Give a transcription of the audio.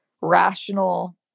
rational